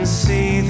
see